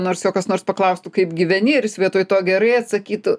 nors jo kas nors paklaustų kaip gyveni ir jis vietoj to gerai atsakytų